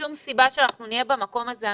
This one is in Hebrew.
אין שום סיבה שנהיה במקום הזה.